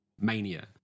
mania